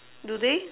do they